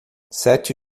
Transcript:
sete